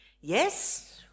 Yes